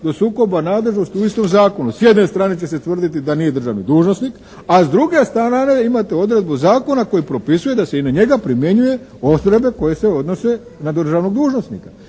do sukoba nadležnosti u istom zakonu. S jedne strane će se tvrditi da nije državni dužnosnik, a s druge strane imate odredbu zakona koji propisuje da u ime njega primjenjuje …/Govornik se ne razumije./… koje se odnose na državnog dužnosnika